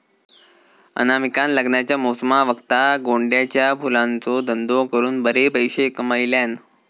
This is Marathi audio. अनामिकान लग्नाच्या मोसमावक्ता गोंड्याच्या फुलांचो धंदो करून बरे पैशे कमयल्यान